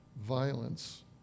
violence